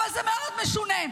אבל זה מאוד משונה.